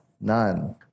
none